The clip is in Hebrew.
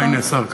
הנה, השר כאן.